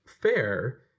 fair